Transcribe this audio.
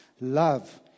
Love